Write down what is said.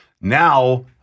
Now